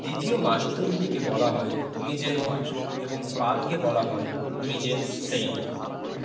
দ্বিতীয় মাস্তুলটিকে বলা হয় মিজেন মাস্ট এবং পালকে বলা হয় মিজেন সেইল